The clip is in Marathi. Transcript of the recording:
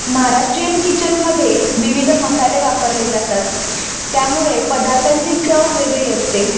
मह महाराष्ट्रीयन किचनमध्ये विविध मसाले वापरले जातात त्यामुळे पदार्थांची चव वेगळी असते